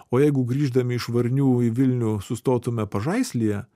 o jeigu grįždami iš varnių į vilnių sustotume pažaislyje